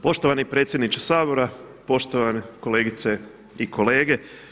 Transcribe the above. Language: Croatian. Poštovani predsjedniče Sabora, poštovane kolegice i kolege.